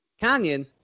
Canyon